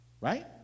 right